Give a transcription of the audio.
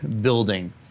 building